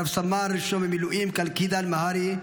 רב-סמל ראשון במילואים קאלקידן מהרי,